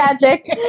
magic